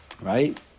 right